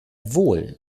wohl